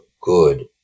good